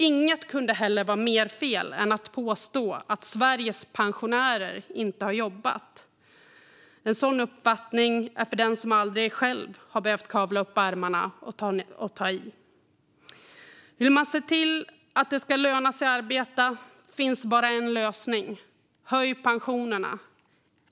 Inget kunde heller vara mer fel än att påstå att Sveriges pensionärer inte har jobbat. En sådan uppfattning är för den som aldrig själv har behövt kavla upp ärmarna och ta i. Vill man se till att det ska löna sig att arbeta finns bara en lösning: Höj pensionerna!